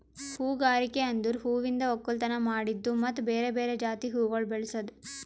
ಹೂಗಾರಿಕೆ ಅಂದುರ್ ಹೂವಿಂದ್ ಒಕ್ಕಲತನ ಮಾಡದ್ದು ಮತ್ತ ಬೇರೆ ಬೇರೆ ಜಾತಿ ಹೂವುಗೊಳ್ ಬೆಳಸದ್